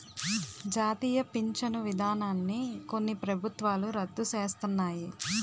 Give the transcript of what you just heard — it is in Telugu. జాతీయ పించను విధానాన్ని కొన్ని ప్రభుత్వాలు రద్దు సేస్తన్నాయి